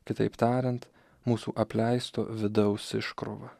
kitaip tariant mūsų apleisto vidaus iškrova